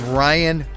ryan